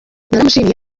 naramushimiye